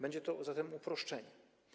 Będzie to zatem uproszczenie.